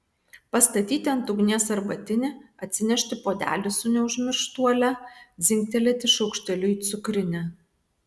pastatyti ant ugnies arbatinį atsinešti puodelį su neužmirštuole dzingtelėti šaukšteliu į cukrinę